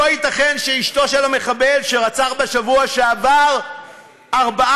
לא ייתכן שאשתו של המחבל שרצח בשבוע שעבר ארבעה